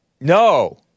No